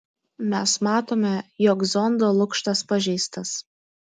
mes matome jog zondo lukštas pažeistas